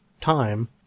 time